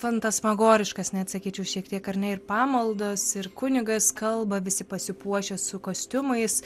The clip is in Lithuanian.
fantasmagoriškas net sakyčiau šiek tiek ar ne ir pamaldas ir kunigas kalba visi pasipuošę su kostiumais